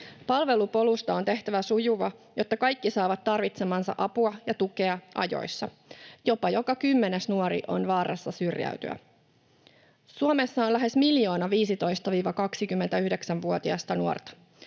Palvelupolusta on tehtävä sujuva, jotta kaikki saavat tarvitsemaansa apua ja tukea ajoissa. Jopa joka kymmenes nuori on vaarassa syrjäytyä. Suomessa on lähes miljoona 15—29-vuotiasta nuorta.